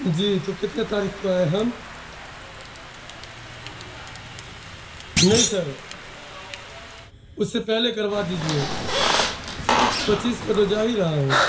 جی تو کتنے تاریخ کو آئے ہم نہیں سر اس سے پہلے کروا دیجیے پچیس کو تو جا ہی رہا ہوں